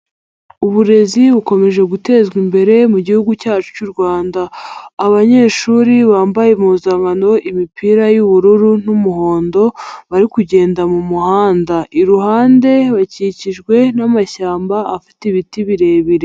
uburezi bukomeje gutezwa imbere mugihugu cyacu cy'u Rwanda, abanyeshuri bambaye impuzankano, imipira y'ubururu n'umuhondo bari kugenda mu muhanda, iruhande bakikijwe n'amashyamba afite ibiti birebire.